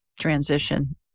transition